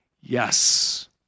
yes